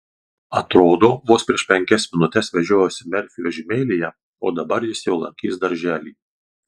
atrodo vos prieš penkias minutes vežiojausi merfį vežimėlyje o dabar jis jau lankys darželį